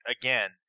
again